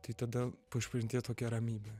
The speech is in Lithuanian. tai tada po išpažinties tokia ramybė